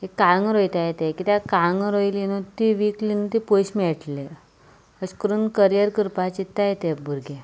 एक काळगां रोयतात तें कित्याक काळगां रोयलीं न्हय तीं विकली म्हूण पयशे मेळटले अशें करून करियर करपाक चिंतताय ते भुरगे